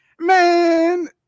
man